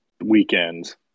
weekends